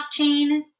blockchain